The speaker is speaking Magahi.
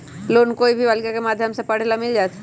लोन कोई भी बालिका के माध्यम से पढे ला मिल जायत?